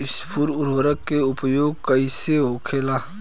स्फुर उर्वरक के उपयोग कईसे होखेला?